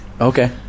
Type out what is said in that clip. Okay